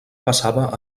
passava